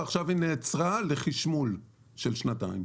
ועכשיו היא נעצרה לחשמול של שנתיים.